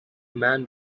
man